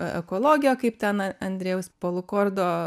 ekologiją kaip ten andrejaus polukordo